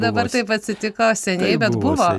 dabar taip atsitiko seniai bet buvo